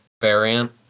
variant